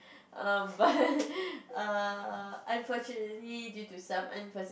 um but err unfortunately due to some unforeseen